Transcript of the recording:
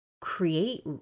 create